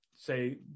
say